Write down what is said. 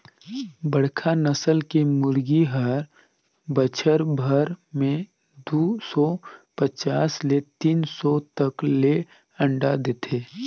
बड़खा नसल के मुरगी हर बच्छर भर में दू सौ पचास ले तीन सौ तक ले अंडा देथे